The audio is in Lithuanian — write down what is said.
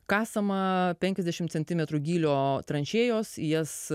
kasama penkiasdešim centimetrų gylio tranšėjos jas